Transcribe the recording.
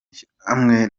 ishyirahamwe